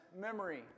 memory